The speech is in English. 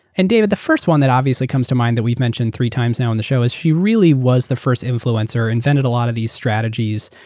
and david, the first one that obviously comes to mind that weaeurve mentioned three times now in the show is she really was the first influencer, invented a lot of these strategies.